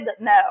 No